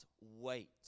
wait